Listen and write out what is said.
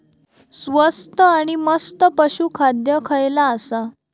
स्वस्त आणि मस्त पशू खाद्य खयला आसा?